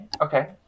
okay